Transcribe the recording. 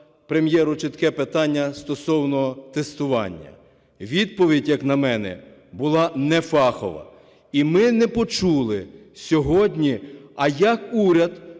Прем’єру чітке питання стосовно тестування. Відповідь, як на мене, була нефахова, і ми не почули сьогодні, а як уряд